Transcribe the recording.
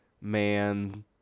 man